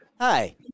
hi